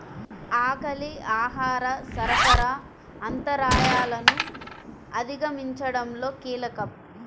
ఆకలి ఆహార సరఫరా అంతరాయాలను అధిగమించడంలో కీలకం